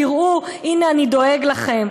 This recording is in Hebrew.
תראו, הנה אני דואג לכם.